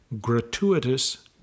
gratuitous